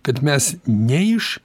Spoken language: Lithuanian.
kad mes ne iš